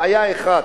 בעיה אחת,